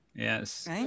Yes